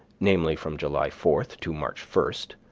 namely, from july fourth to march first,